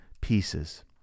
pieces